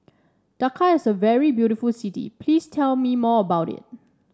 Dhaka is a very beautiful city please tell me more about it